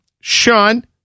Sean